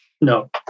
no